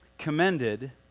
commended